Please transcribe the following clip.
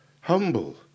humble